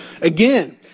Again